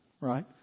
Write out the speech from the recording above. right